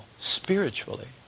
spiritually